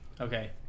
Okay